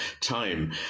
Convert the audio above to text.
time